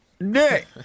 Nick